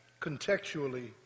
contextually